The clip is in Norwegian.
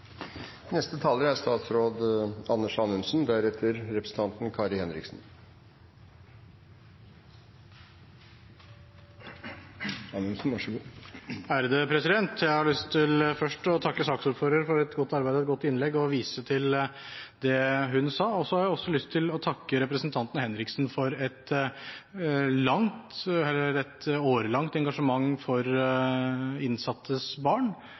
Jeg har først lyst til å takke saksordføreren for et godt arbeid og et godt innlegg og vise til det hun sa. Jeg har også lyst til å takke representanten Kari Henriksen for et årelangt engasjement for barn